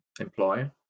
employ